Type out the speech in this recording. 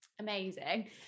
Amazing